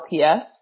LPS